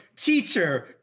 teacher